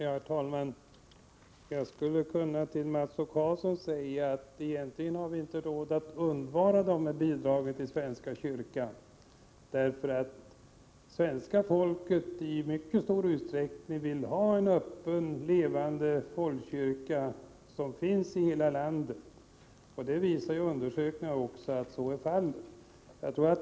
Herr talman! Jag skulle till Mats O Karlsson kunna säga att vi egentligen inte har råd att undvara de här bidragen till svenska kyrkan. Svenska folket vill i mycket stor utsträckning ha en öppen och levande folkkyrka som täcker hela landet. Undersökningar visar att så är fallet.